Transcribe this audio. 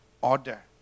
order